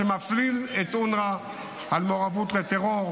שמפליל את אונר"א במעורבות בטרור,